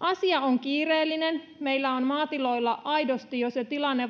asia on kiireellinen meillä on maatiloilla aidosti jo se tilanne